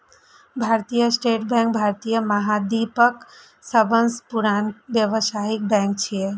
भारतीय state bank भारतीय महाद्वीपक सबसं पुरान व्यावसायिक बैंक छियै